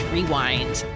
Rewind